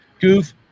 Goof